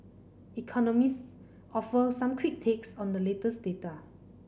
economists offer some quick takes on the latest data